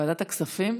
ועדת הכספים?